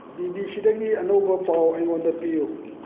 B ꯕꯤ ꯁꯤꯗꯒꯤ ꯑꯅꯧꯕ ꯄꯥꯎ ꯑꯩꯉꯣꯟꯗ ꯄꯤꯌꯨ